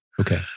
Okay